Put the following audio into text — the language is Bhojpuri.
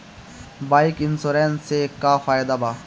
बाइक इन्शुरन्स से का फायदा बा?